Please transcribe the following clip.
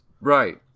right